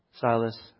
Silas